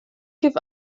give